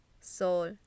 sol